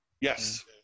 Yes